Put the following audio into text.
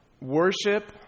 Worship